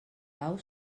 pau